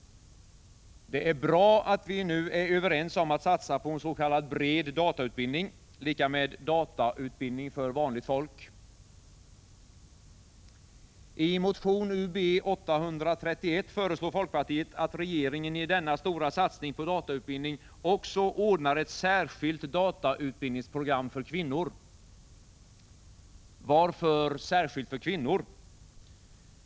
Det är bra att vi nu är överens om att satsa på ens.k. bred datautbildning, dvs. datautbildning för ”vanligt folk”. I motion Ub831 föreslår folkpartiet att regeringen i denna stora satsning på datautbildning också ordnar ett särskilt datautbildningsprogram för kvinnor. Varför särskilt för kvinnor?